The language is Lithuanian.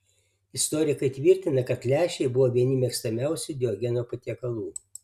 istorikai tvirtina kad lęšiai buvo vieni mėgstamiausių diogeno patiekalų